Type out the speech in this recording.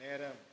நேரம்